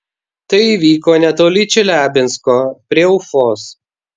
tai įvyko netoli čeliabinsko prie ufos